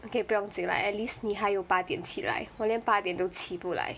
okay 不用紧 lah at least 你还有八点起来我连八点都起不来